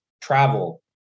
travel